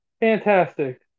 Fantastic